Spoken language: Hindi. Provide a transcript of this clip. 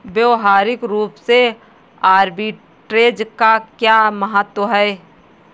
व्यवहारिक रूप में आर्बिट्रेज का क्या महत्व है?